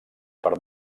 per